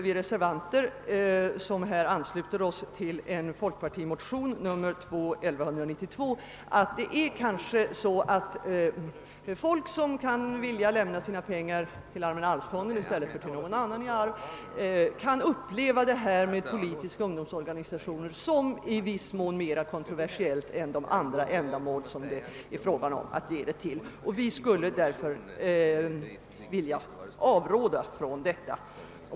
Vi reservanter, som ansluter oss till en folkpartimotion, II: 1192, tror att den som vill lämna sina pengar till allmänna arvsfonden i stället för till någon arvsberättigad kan uppleva den ordningen att bidrag från fonden skall kunna lämnas till politiska ungdomsorganisationer såsom någonting mera kontroversiellt än om bidrag lämnas till andra ändamål. Vi vill avråda från en sådan ordning.